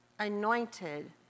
anointed